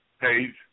page